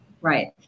Right